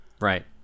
Right